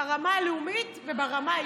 ברמה הלאומית וברמה האישית.